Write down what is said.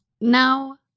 Now